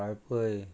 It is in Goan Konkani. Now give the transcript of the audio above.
वाळपय